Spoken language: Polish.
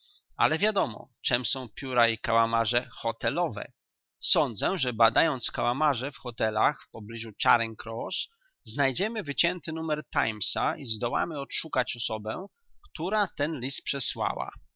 ale wiadomo czem są pióra i kałamarze hotelowe sądzę że badając kałamarze w hotelach w pobliżu charing cross znajdziemy wycięty numer timesa i zdołamy odszukać osobę która ten list przesłała